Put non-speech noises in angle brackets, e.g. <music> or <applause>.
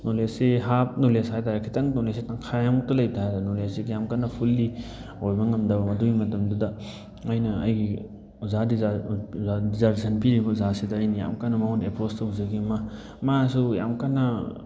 ꯅꯣꯂꯦꯖꯁꯤ ꯍꯥꯞ ꯅꯣꯂꯦꯖ ꯍꯥꯏꯇꯥꯔꯦ ꯈꯤꯇꯪ ꯅꯣꯂꯦꯖꯁꯤ ꯇꯪꯈꯥꯏꯃꯨꯛꯇꯪ ꯂꯩ <unintelligible> ꯅꯣꯂꯦꯖꯁꯤ ꯀꯌꯥꯝ ꯀꯟꯅ ꯐꯨꯜꯂꯤ ꯑꯣꯏꯕ ꯉꯝꯗꯕ ꯃꯗꯨꯒꯤ ꯃꯇꯝꯗꯨꯗ ꯑꯩꯅ ꯑꯩꯒꯤ ꯑꯣꯖꯥ ꯗꯤꯖꯥꯔꯇꯦꯁꯟ ꯄꯤꯔꯤꯕ ꯑꯣꯖꯥꯁꯤꯗ ꯑꯩꯅ ꯌꯥꯝ ꯀꯟꯅ ꯃꯉꯣꯟꯗ ꯑꯦꯄ꯭ꯔꯣꯁ ꯇꯧꯖꯈꯤ ꯃꯁꯨ ꯌꯥꯝ ꯀꯟꯅ